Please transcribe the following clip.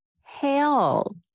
hell